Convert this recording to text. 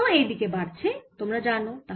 প্রবাহ এই দিকে বাড়ছে তোমরা জানো